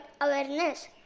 awareness